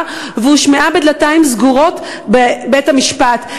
והושמעה בדלתיים סגורות בבית-המשפט.